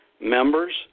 Members